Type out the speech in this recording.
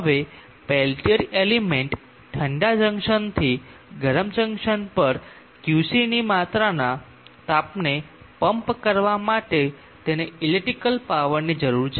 હવે Peltier element ઠંડા જંકશનથી ગરમ જંકશન પર Qc ની માત્રાના તાપને પંપ કરવા માટે તેને ઇલેક્ટ્રિક પાવરની જરૂર છે